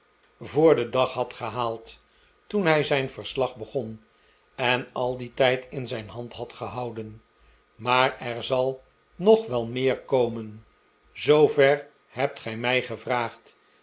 voor den maarten chuzzlewit dag had gehaald toen hij zijn verslag begon en al dien tijd in zijn hand had gehouden maar er zal nog wel meer komen zoover hebt gij mij gevraagd